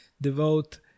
devote